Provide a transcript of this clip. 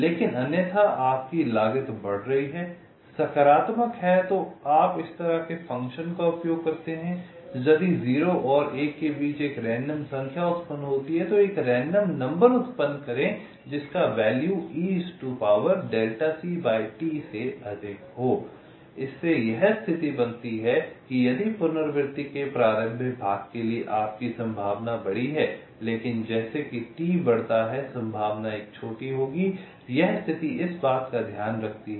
लेकिन अन्यथा आपकी लागत बढ़ रही है सकारात्मक है तो आप इस तरह के एक फ़ंक्शन का उपयोग करते हैं यदि 0 और 1 के बीच एक रैंडम संख्या उत्पन्न होती है तो एक रैंडम नंबर उत्पन्न करें जिसका वैल्यू से अधिक हो इससे यह स्थिति बनती है कि यदि पुनरावृत्ति के प्रारंभिक भाग के लिए आपकी संभावना बड़ी है लेकिन जैसा कि T बढ़ता है संभावना एक छोटी होगी यह स्थिति इस बात का ध्यान रखती है